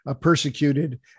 persecuted